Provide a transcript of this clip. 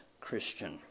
Christian